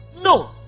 No